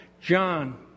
John